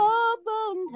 open